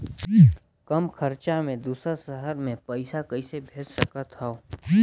कम खरचा मे दुसर शहर मे पईसा कइसे भेज सकथव?